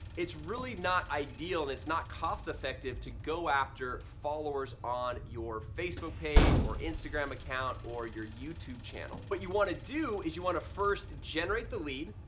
it's really not ideal and it's not cost-effective to go after followers on your facebook page or instagram account or your youtube channel? but you want to do is you want to first generate the lead?